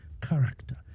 character